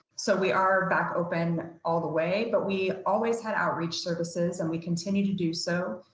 so we are back open all the way, but we always had outreach services and we continue to do so.